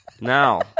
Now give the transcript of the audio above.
Now